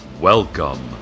Welcome